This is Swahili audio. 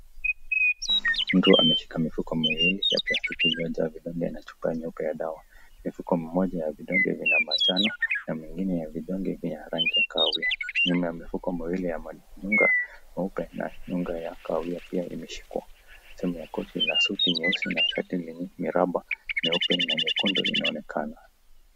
Mtu ameshika mifuko miwili ya plastiki iliyojaa vidonge na chupa nyeupe ya dawa. Mfuko mmoja wa vidonge vina manjano na mengine ya vidonge vya rangi ya kahawia. Nyuma ya mifuko miwili ya unga nyeupe na unga ya kahawia pia imeshikwa. Sehemu ya koti la suti nyeusi na shati lenye miraba meupe na nyekundu inaonekana,